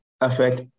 affect